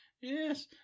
Yes